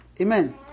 amen